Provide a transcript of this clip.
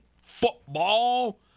football